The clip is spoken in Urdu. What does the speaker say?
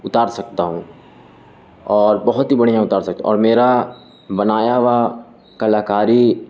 اتار سکتا ہوں اور بہت ہی بڑھیا اتار سکتا ہوں اور میرا بنایا ہوا کلاکاری